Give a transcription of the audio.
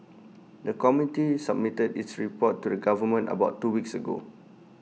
the committee submitted its report to the government about two weeks ago